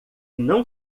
não